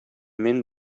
мин